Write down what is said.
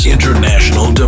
International